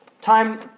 Time